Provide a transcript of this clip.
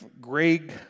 Greg